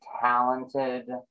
talented